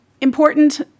important